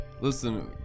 listen